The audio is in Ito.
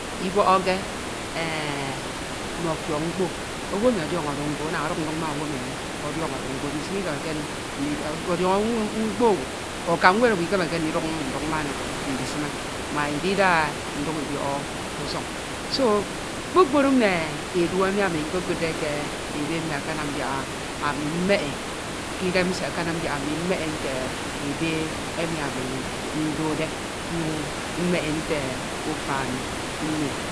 Ibọkhọke mme ọtiọk mkpo, owu emi ọdiọn̄ọte mkpa ana ọduk nduk ma owu emi o̱dọn̄ọte mkpo, ndisime ikemeke ndi ndi ọdiọn̄ọ mkpo owu ọ aka nwed owu ikemeke ndiduk nduk ma ndisime mak ididae iduk idiọk usuni. So kpupru mme edu emi ami nkekudde ke ebe mmi akanam yak ami mmeke kidem nsie akanam yak ami mmeke nte ebe emi ami ndode nyun mmeke nte ufan nni